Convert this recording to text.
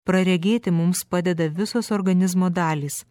praregėti mums padeda visos organizmo dalys